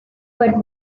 but